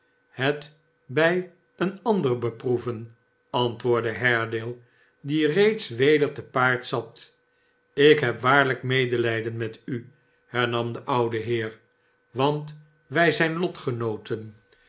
het bij eenander beproeven antwoordde haredale die reeds weder te paard zat ik heb waarlijk medelijden met u hernam de oude heer want wij zijn lotgenooten